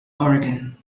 oregon